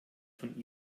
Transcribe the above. von